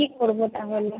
কী করবো তাহলে